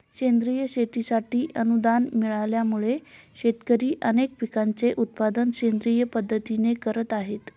सेंद्रिय शेतीसाठी अनुदान मिळाल्यामुळे, शेतकरी अनेक पिकांचे उत्पादन सेंद्रिय पद्धतीने करत आहेत